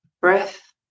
breath